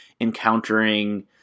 encountering